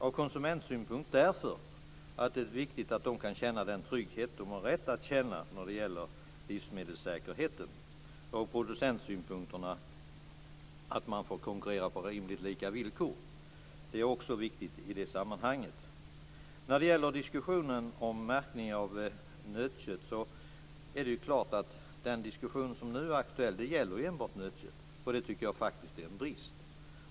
Ur konsumentsynpunkt är det viktigt att konsumenterna kan känna den trygghet de har rätt att känna när det gäller livsmedelssäkerheten och ur producentsynpunkt är det viktigt att kunna konkurrera på lika villkor. Detta är också viktigt i sammanhanget. Den diskussion om märkning av nötkött som nu är aktuell gäller enbart nötkött, och det tycker jag faktiskt är en brist.